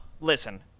listen